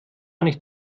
nicht